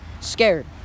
scared